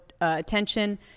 attention